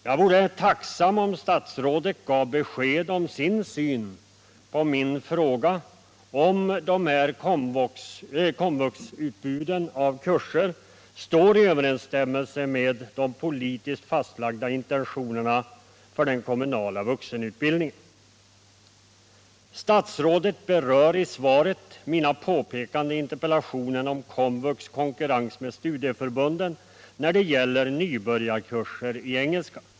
Jag vore tacksam om statsrådet ville ge besked om sin syn på min fråga, om dessa komvux-utbud av kurser står i överensstämmelse med de politiskt fastlagda intentionerna för den kommunala vuxenutbildning — Nr 32 rg Tisdagen den Statsrådet berör i svaret mina påpekanden i interpellationen om den 22 november 1977 kommunala vuxenutbildningens konkurrens med studieförbunden när = det gäller nybörjarkurser i engelska.